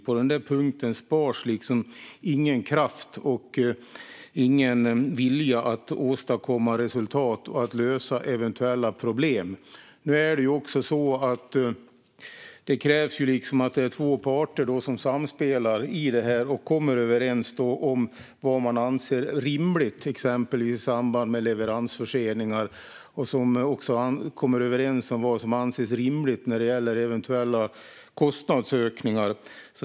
På den punkten sparas det ingen kraft och ingen vilja att åstadkomma resultat och att lösa eventuella problem. Nu är det så att det krävs att det är två parter som samspelar i detta och kommer överens om vad som anses rimligt, exempelvis i samband med leveransförseningar, och kommer överens om vad som anses rimligt när det gäller eventuella kostnadsökningar.